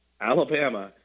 Alabama